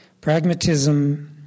pragmatism